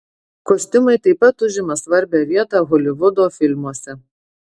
kostiumai taip pat užima svarbią vietą holivudo filmuose